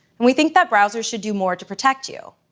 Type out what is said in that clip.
and we think that browsers should do more to protect you.